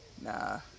Nah